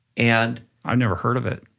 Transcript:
and i've never heard of it.